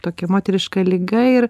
tokia moteriška liga ir